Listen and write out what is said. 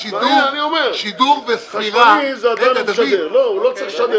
אעזור